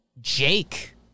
Jake